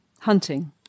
hunting